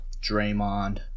Draymond